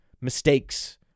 mistakes